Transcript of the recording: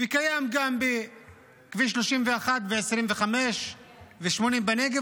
וקיים גם בכביש 31 ו-25 ו-80 בנגב,